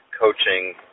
coaching